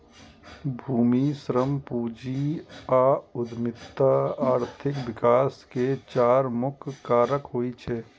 भूमि, श्रम, पूंजी आ उद्यमिता आर्थिक विकास के चारि मुख्य कारक होइ छै